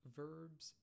verbs